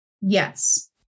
Yes